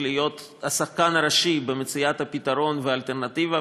להיות השחקן הראשי במציאת הפתרון והאלטרנטיבה,